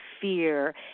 fear